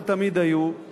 ותמיד היו,